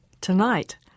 Tonight